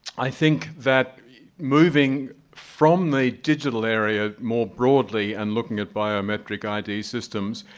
i think that moving from the digital area more broadly and looking at biometric i d. systems,